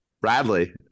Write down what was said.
Bradley